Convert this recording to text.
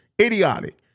Idiotic